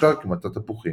שהוכשר כמטע תפוחים.